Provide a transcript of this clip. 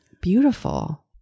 beautiful